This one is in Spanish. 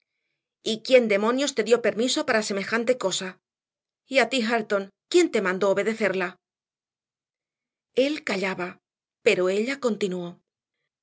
quién demonios te dio permiso para semejante cosa y a ti hareton quién te mandó obedecerla él callaba pero ella continuó